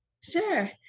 Sure